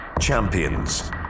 Champions